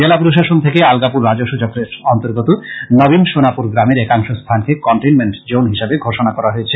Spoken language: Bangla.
জেলা প্রশাসন থেকে আলগাপুর রাজস্ব চক্রের অর্ন্তগত নবীন সোনাপুর গ্রামের একাংশ স্থানকে কনটেইনমেন্ট জোন হিসেবে ঘোষনা করা হয়েছে